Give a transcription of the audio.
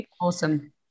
awesome